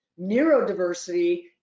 Neurodiversity